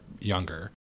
younger